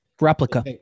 Replica